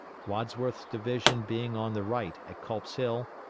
wadsworth's division being on the right at culp's hill,